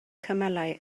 cymylau